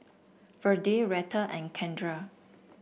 Virdie Retta and Kendra